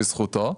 בזכותו.